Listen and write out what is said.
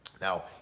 Now